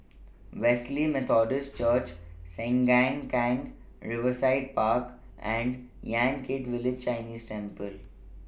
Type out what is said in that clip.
Wesley Methodist Church Sengkang Riverside Park and Yan Kit Village Chinese Temple